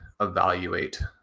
evaluate